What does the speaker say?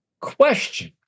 Questions